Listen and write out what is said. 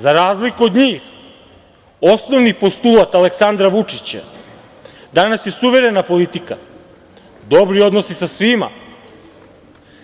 Za razliku od njih, osnovni postulat Aleksandra Vučića danas je suverena politika, dobri odnosi sa svima,